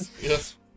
Yes